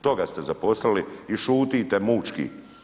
Toga ste zaposlili i šutite mučki.